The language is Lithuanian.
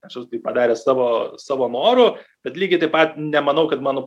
esu tai padaręs savo savo noru bet lygiai taip pat nemanau kad mano